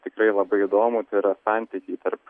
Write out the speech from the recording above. tikrai labai įdomų tai yra santykį tarp